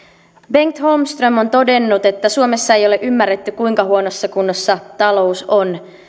bengt holmström on todennut että suomessa ei ei ole ymmärretty kuinka huonossa kunnossa talous on